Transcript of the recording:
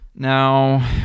Now